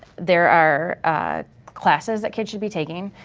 there are classes that kids should be taking,